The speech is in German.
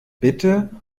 bitte